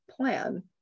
plan